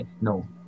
No